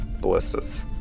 ballistas